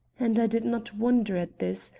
and i did not wonder at this,